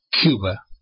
Cuba